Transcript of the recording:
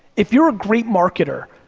if you're a great marketer,